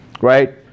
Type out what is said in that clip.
right